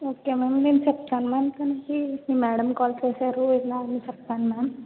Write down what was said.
okay ma'am నేను చెప్తాం ma'am తనకి మీ మేడం కాల్ చేశారు ఇలా అని చెప్తాను మ్యామ్